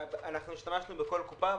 דובר: בכל קופה,